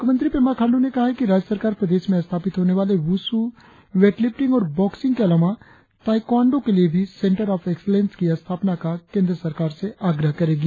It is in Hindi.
मुख्यमंत्री पेमा खांडू ने कहा है कि राज्य सरकार प्रदेश में स्थापित होने वाले वुसु वेटलिफ्टिंग और बॉक्सिंग के अलावा ताइक्वांडो के लिए भी सेंटर ऑफ एक्सिलेंस की स्थापना का केंद्र सरकार से आग्रह करेगी